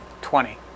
Twenty